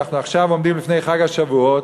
אנחנו עכשיו עומדים לפני חג השבועות,